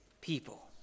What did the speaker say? people